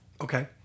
Okay